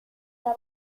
alla